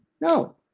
no